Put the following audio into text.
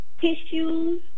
tissues